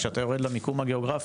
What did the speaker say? כשאתה יורד למיקום הגיאוגרפי,